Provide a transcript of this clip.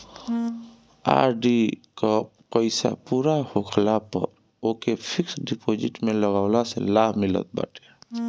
RD कअ पईसा पूरा होखला पअ ओके फिक्स डिपोजिट में लगवला से लाभ मिलत बाटे